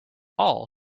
all